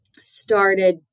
started